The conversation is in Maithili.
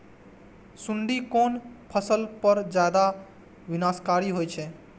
सुंडी कोन फसल पर ज्यादा विनाशकारी होई छै?